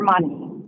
money